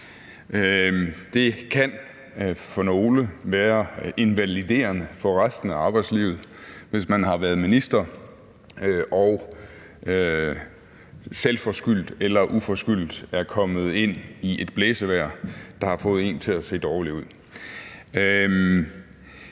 Det kan for nogle være invaliderende for resten af arbejdslivet, hvis man har været minister og selvforskyldt eller uforskyldt er kommet ind i et blæsevejr, der har fået en til at tage sig dårligt ud.